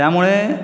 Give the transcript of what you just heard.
त्या मूळे